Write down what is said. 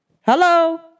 Hello